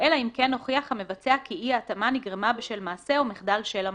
אלא אם כן הוכיח המבצע כי אי-ההתאמה נגרמה בשל מעשה או חדל של המזמין.